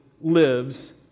lives